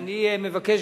אני מבקש,